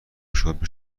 شد، به